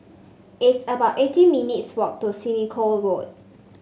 it's about eighteen minutes' walk to Senoko Road